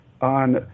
on